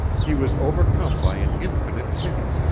he was overcome by an infinite pity.